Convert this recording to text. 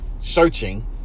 Searching